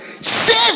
Save